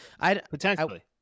Potentially